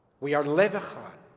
we are lev echad